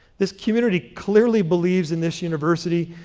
this community clearly believes in this university.